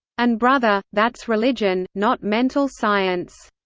and brother, that's religion, not mental science.